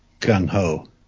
gung-ho